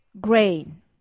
grain